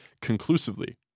conclusively